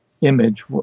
image